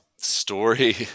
story